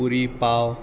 पुरी पाव